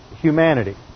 humanity